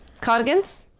Cardigans